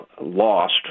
lost